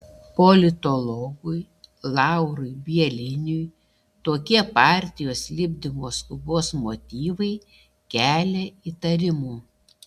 politologui laurui bieliniui tokie partijos lipdymo skubos motyvai kelia įtarimų